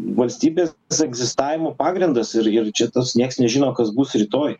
valstybės egzistavimo pagrindas ir ir čia tas nieks nežino kas bus rytoj